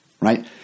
right